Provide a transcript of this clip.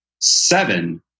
seven